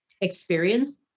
experience